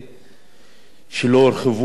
שלא הורחבו שנים רבות.